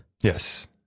Yes